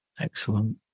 Excellent